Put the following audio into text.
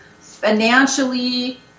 financially